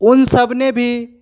उन सबने भी